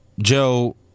Joe